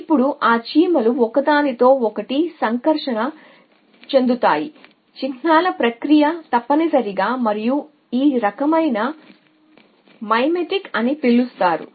ఇప్పుడు ఆ చీమలు తప్పనిసరిగా చిహ్నాల ప్రక్రియ ఒకదానితో ఒకటి తెలియజేసుకుంటాయి మరియు ఈ రకమైన సంకర్షణను మైమెటిక్ అని పిలుస్తారు